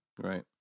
Right